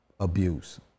abuse